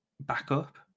backup